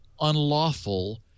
unlawful